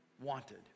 wanted